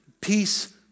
peace